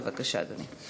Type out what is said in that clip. בבקשה, אדוני.